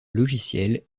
logiciels